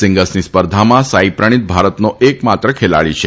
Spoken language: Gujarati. સિંગલ્સની સ્પર્ધામાં સાંઈપ્રણિત ભારતનો એક માત્ર ખેલાડી છે